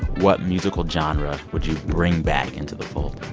what musical genre would you bring back into the fold?